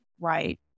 right